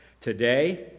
Today